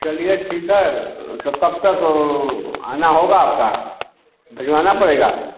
चलिए ठीक है तो कब तक आना होगा आपका भिजवाना पड़ेगा